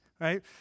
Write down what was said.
right